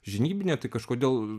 žinybinė tai kažkodėl